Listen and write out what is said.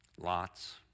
Lots